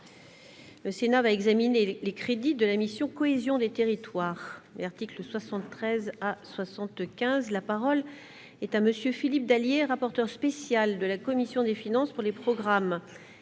Le Sénat va examiner les crédits de la mission cohésion des territoires, l'article 73 à 75 la parole est à monsieur Philippe Dallier, rapporteur spécial de la commission des finances pour les programmes